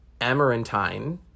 Amarantine